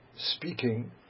speaking